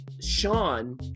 Sean